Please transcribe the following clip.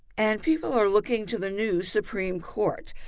and people are looking to the new supreme court.